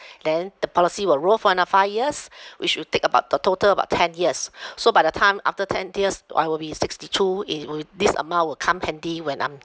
then the policy will roll for another five years which will take about the total about ten years so by the time after ten years I will be sixty two i~ wi~ this amount will come handy when I'm